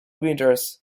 winters